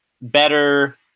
better